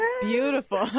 beautiful